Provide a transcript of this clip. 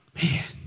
Man